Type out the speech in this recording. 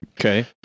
Okay